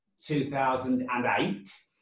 2008